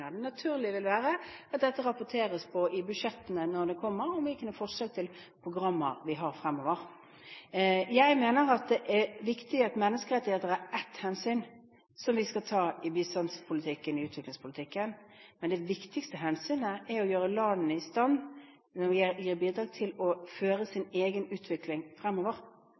Det naturlige vil være at det rapporteres i budsjettene når de kommer, hvilke forslag til programmer vi har fremover. Jeg mener at det er viktig at menneskerettigheter er ett hensyn som vi skal ta i bistandspolitikken og i utviklingspolitikken, men det viktigste hensynet er å gjøre landene i stand til, når vi gir bidrag, å føre sin egen utvikling fremover.